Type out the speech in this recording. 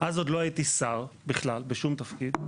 אז עוד לא הייתי שר בכלל בשום תפקיד,